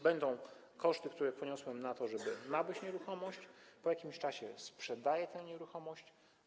Będą koszty, które poniosłem, żeby nabyć nieruchomość, po jakimś czasie sprzedam tę nieruchomość.